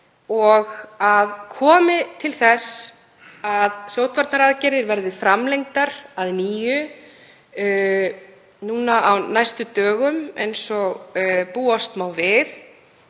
og komi til þess að sóttvarnaaðgerðir verði framlengdar að nýju á næstu dögum eins og búast má við